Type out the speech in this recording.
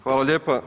Hvala lijepa.